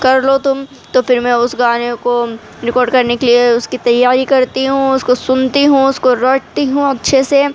کر لو تم تو پھر میں اس گانے کو ریکارڈ کرنے کے لیے اس کی تیاری کرتی ہوں اس کو سنتی ہوں اس کو رٹتی ہوں اچھے سے